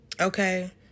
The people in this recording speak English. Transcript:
Okay